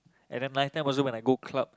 and then night time also when I go club